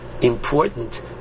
Important